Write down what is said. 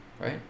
Right